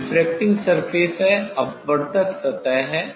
यह refracting surface है अपवर्तक सतह है